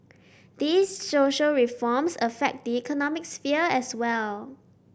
these social reforms affect the economic sphere as well